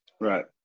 Right